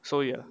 so ya